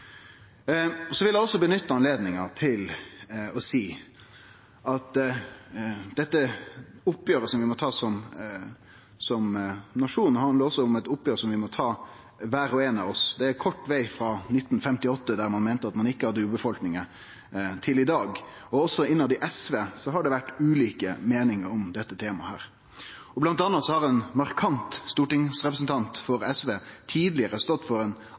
Eg vil også nytte anledninga til å seie at det oppgjeret som vi må ta som nasjon, handlar også om eit oppgjer som vi må ta kvar og ein av oss. Det er kort veg frå 1958, da ein meinte at ein ikkje hadde urbefolkning, til i dag. Også i SV har det vore ulike meiningar om dette temaet. Blant anna har ein markant tidlegare stortingsrepresentant for SV stått for ein